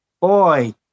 boy